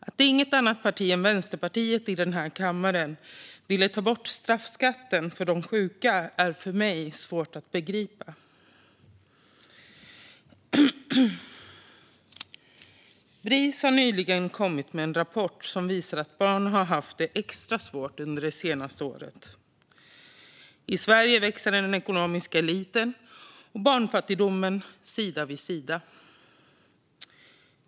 Att inget annat parti än Vänsterpartiet i den här kammaren ville ta bort straffskatten för de sjuka är för mig svårt att begripa. Bris har nyligen kommit med en rapport som visar att barn har haft det extra svårt under det senaste året. I Sverige växer den ekonomiska eliten och barnfattigdomen sida vid sida.